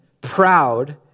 proud